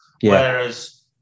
Whereas